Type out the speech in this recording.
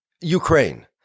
Ukraine